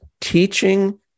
teaching